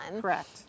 Correct